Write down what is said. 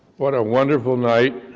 what a wonderful night,